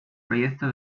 proyecto